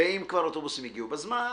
ואם כבר, אוטובוסים יגיעו בזמן.